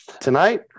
Tonight